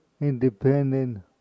independent